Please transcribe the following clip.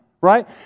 right